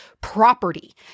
property